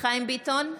חיים ביטון,